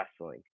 wrestling